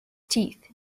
teeth